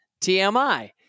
TMI